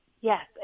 Yes